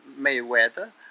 Mayweather